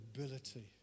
ability